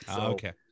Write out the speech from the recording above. Okay